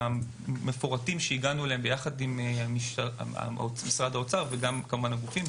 המפורטים שהגענו אליהם יחד עם משרד האוצר והגופים,